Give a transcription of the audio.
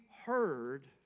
heard